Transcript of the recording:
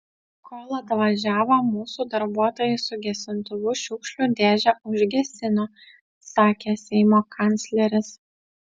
kol atvažiavo mūsų darbuotojai su gesintuvu šiukšlių dėžę užgesino sakė seimo kancleris